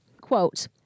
Quote